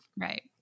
Right